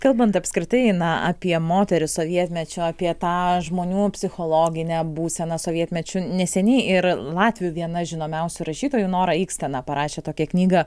kalbant apskritai na apie moteris sovietmečio apie tą žmonių psichologinę būseną sovietmečiu neseniai ir latvių viena žinomiausių rašytojų nora ikstana parašė tokią knygą